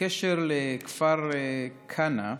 בקשר לכפר כנא,